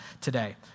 today